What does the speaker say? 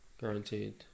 Guaranteed